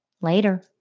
Later